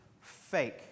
fake